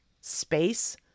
space